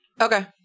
Okay